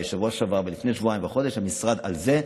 בשבוע שעבר ולפני שבועיים ולפני חודש המשרד על זה,